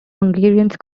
hungarians